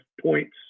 points